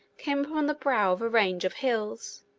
came upon the brow of a range of hills,